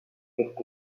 cette